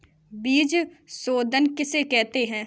बीज शोधन किसे कहते हैं?